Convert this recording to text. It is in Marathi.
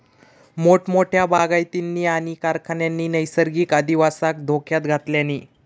मोठमोठ्या बागायतींनी आणि कारखान्यांनी नैसर्गिक अधिवासाक धोक्यात घातल्यानी